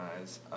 eyes